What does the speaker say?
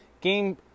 Game